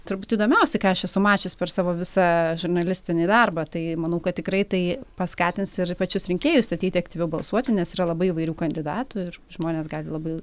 turbūt įdomiausi ką aš esu mačius per savo visą žurnalistinį darbą tai manau kad tikrai tai paskatins ir pačius rinkėjus ateiti aktyviau balsuoti nes yra labai įvairių kandidatų ir žmonės gali labai